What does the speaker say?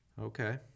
Okay